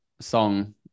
song